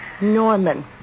Norman